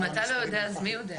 אם אתה לא יודע אז מי יודע?